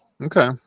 Okay